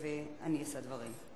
הצעות לסדר-היום מס' 4372,